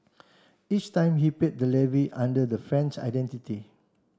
each time he paid the levy under the friend's identity